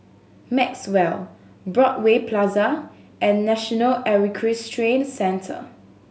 Maxwell Broadway Plaza and National Equestrian Centre